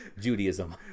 judaism